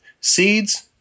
Seeds